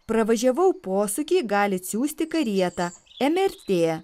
pravažiavau posūkį galit siųsti karietą mrt